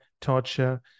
torture